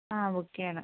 ആ ബുക്ക് ചെയ്യണം